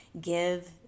give